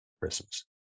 Christmas